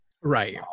Right